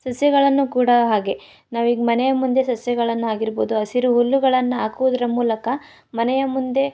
ಸಸ್ಯಗಳನ್ನು ಕೂಡ ಹಾಗೆ ನಾವೀಗ್ ಮನೆ ಮುಂದೆ ಸಸ್ಯಗಳನ್ನು ಆಗಿರ್ಬೋದು ಹಸಿರು ಹುಲ್ಲುಗಳನ್ನ ಹಾಕುವುದ್ರ ಮೂಲಕ ಮನೆಯ ಮುಂದೆ